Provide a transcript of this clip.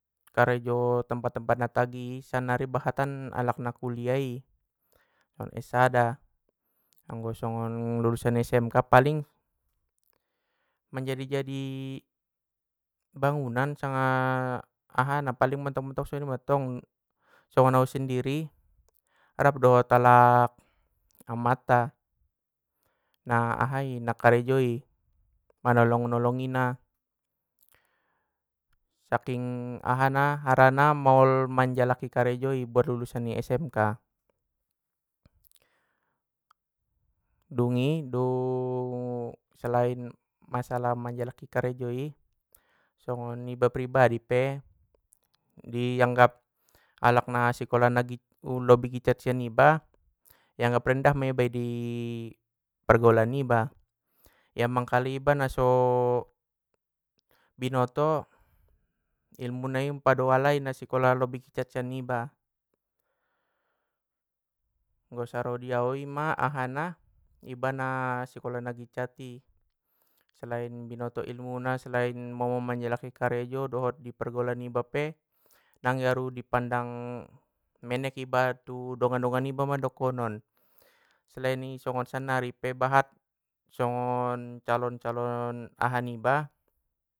Karejo tempat tempat na tagi! Sannari bahatan alak na kuliah i, na es sada, anggo songon lulusan ni smk paling manjadi jadi bangunan sanga na ahana paling mentok mentok songoni mantong songon au sendiri, rap dohot alak amanta, na ahai na karejoi manolong nolongina, saking ahana harana maol manjalaki karejoi buat lulusan ni smk. Dungi dung selain masalah manjalaki karejoi! Songon iba pribadi pe dianggap alak na sikola na gitc- lobi gitcat sian iba, i anggap rendah ma iba di pargaulan niba, iambang kalai iba naso binoto ilmu nai pado alai na sikola lobi gitcat sian iba. Anggo saro di au ima ahana ima sikola nagitcat i! Selain binoto ilmuna selain momo manjaliki karejo dohot di pergaulan niba pe, nangge aru dipandang menek iba tu dongan dongan niba ma dokonon, selain i songon sannari pe bahat songon calon calon aha niba.